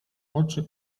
oczy